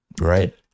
Right